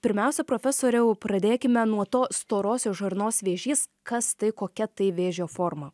pirmiausia profesoriau pradėkime nuo to storosios žarnos vėžys kas tai kokia tai vėžio forma